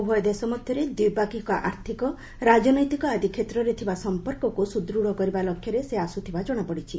ଉଭୟ ଦେଶ ମଧ୍ୟରେ ଦୁଇପକ୍ଷିୟ ଆର୍ଥିକ ରାଜନୈତିକ ଆଦି କ୍ଷେତ୍ରରେ ସଂପର୍କକୁ ସୁଦୃଢ଼ କରିବା ଲକ୍ଷ୍ୟରେ ସେ ଆସୁଥିବା ଜଣାପଡ଼ିଛି